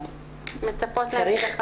אנחנו מצפות להמשך עבודה.